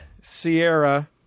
Sierra